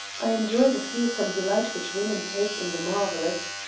i enjoy the fearsome delight which women take in the marvelous.